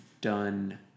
done